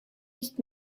nicht